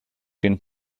den